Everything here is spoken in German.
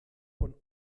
von